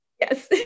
Yes